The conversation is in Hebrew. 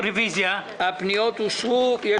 הצבעה בעד רוב נגד נמנעים פניות מס' 338 340 אושרו.